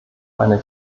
eine